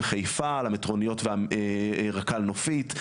חיפה למטרוניות ורק"ל נופית,